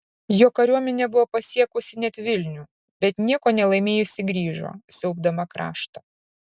jo kariuomenė buvo pasiekusi net vilnių bet nieko nelaimėjusi grįžo siaubdama kraštą